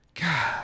God